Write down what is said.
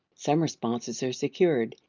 some responses are secured,